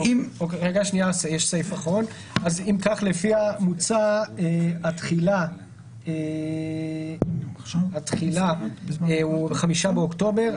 אם כך, לפי המוצע התחילה תהיה ב-5 באוקטובר.